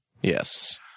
Yes